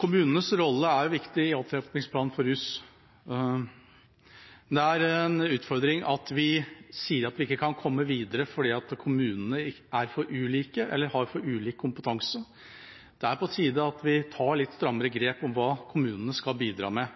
Kommunenes rolle er viktig i opptrappingsplanen for rusfeltet. Det er en utfordring at vi sier at vi ikke kan komme videre fordi kommunene er for ulike eller har for ulik kompetanse. Det er på tide at vi tar litt strammere grep om hva kommunene skal bidra med.